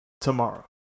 tomorrow